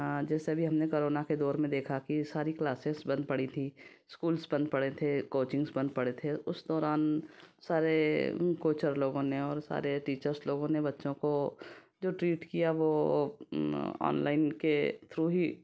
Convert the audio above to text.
हां जैसे हमने अभी कोरोना के दौर में देखा कि सारी क्लासेज बंद पड़ी थी स्कूल्स बंद पड़े थे कोचिंग्स बंद पड़े थे उस दौरान सारे कोचर लोगों ने और सारे टीचेर्स लोगों ने जो बच्चों को ट्रीट किया वो ऑनलाइन के थ्रू ही